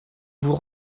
vous